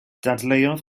dadleuodd